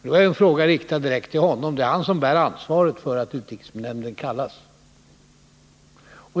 Det var ju en fråga riktad direkt till honom, eftersom det är han som bär ansvaret för att utrikesnämnden kallas.